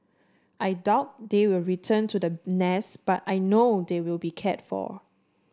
I doubt they will return to the nest but I know they will be cared for